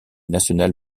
national